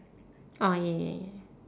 orh yeah yeah